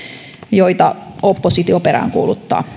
jota oppositio peräänkuuluttaa